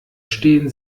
stehen